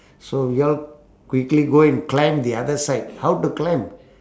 so we all quickly go and climb the other side how to climb